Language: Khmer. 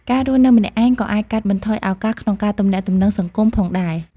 ការរស់នៅម្នាក់ឯងក៏អាចកាត់បន្ថយឱកាសក្នុងការទំនាក់ទំនងសង្គមផងដែរ។